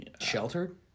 Sheltered